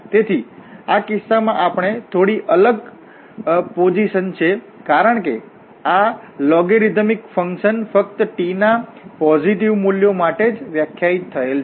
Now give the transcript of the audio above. તેથી આ કિસ્સામાં આપણી પાસે થોડી અલગ પરિપોઝિશન છે કારણ કે આ લોગરિધમિક ફંક્શન ફક્ત t ના પોઝિટિવ મૂલ્યો માટે જ વ્યાખ્યાયિત થયેલ છે